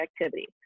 activity